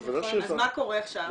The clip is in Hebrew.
אז מה קורה עכשיו?